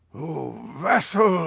o vassal!